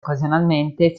occasionalmente